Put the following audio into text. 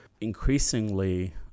increasingly